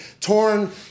torn